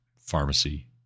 pharmacy